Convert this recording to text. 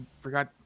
forgot